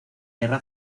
guerra